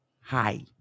Hi